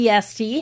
PST